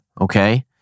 okay